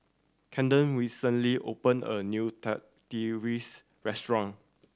Kamden recently opened a new Tortillas Restaurant